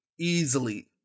easily